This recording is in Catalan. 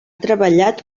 treballat